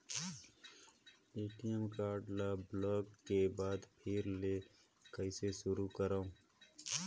ATM card ल block के बाद फिर ले कइसे शुरू करव?